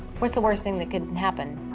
what's the worst thing that could happen?